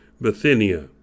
Bithynia